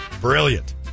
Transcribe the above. Brilliant